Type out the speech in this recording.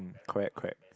correct correct